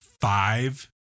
Five